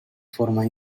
forma